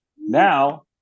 Now